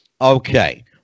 Okay